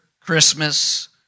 Christmas